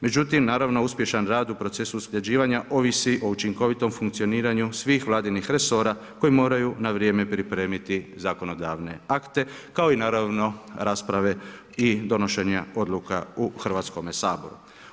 Međutim, naravno, uspješan rad u procesu … ovisi o učinkovitom funkcioniranju svih vladinih resora koji moraju na vrijeme pripremiti zakonodavne akte kao i naravno rasprave i donošenje odluka u Hrvatskome saboru.